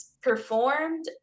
performed